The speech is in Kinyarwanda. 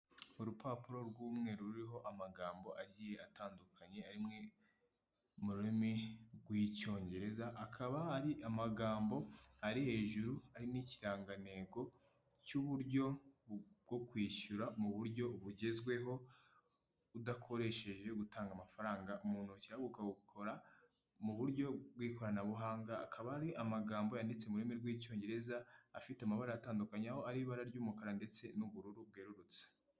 Urupapuro rw'umweru ruriho amagambo agiye atandukanye, ari mu rurimi rw'icyongereza, hakaba hari amagambo ari hejuru, hari n'ikirangantego cy'uburyo bwo kwishyura mu buryo bugezweho, udakoresheje gutanga amafaranga mu ntoki, ahubwo ukabukora mu buryo bw'ikoranabuhanga, akaba ari amagambo yanditse mu rurimi rw'icyongereza, afite amabara atandukanye, aho ari ibara ry'umukara ndetse n'ubururu bwerurutse.